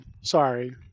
Sorry